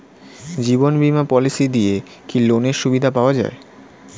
জীবন বীমা পলিসি দিয়ে কি লোনের সুবিধা পাওয়া যায়?